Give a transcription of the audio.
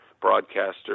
broadcaster